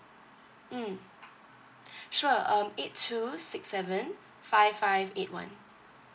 mm sure um eight two six seven five five eight one